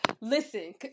listen